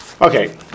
Okay